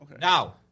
Now